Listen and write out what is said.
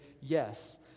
yes